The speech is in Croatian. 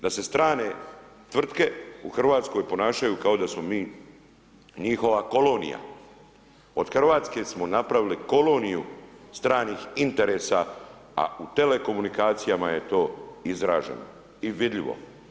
Da se strane tvrtke u Hrvatskoj ponašaju kao da smo mi njihova kolonija, od Hrvatske smo napravili koloniju stranih interesa a u telekomunikacijama je to izraženo i vidljivo.